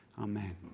Amen